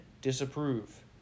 disapprove